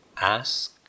Ask